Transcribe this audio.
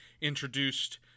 introduced